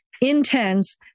intense